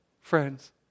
friends